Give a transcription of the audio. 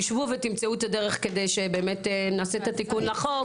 תשבו ותמצאו את הדרך כדי שנעשה את התיקון לחוק.